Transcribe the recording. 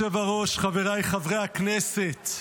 אדוני היושב-ראש, חבריי חברי הכנסת,